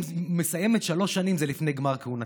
אם היא מסיימת שלוש שנים זה "לפני גמר כהונתה".